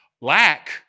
lack